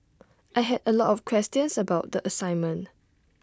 I had A lot of questions about the assignment